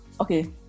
Okay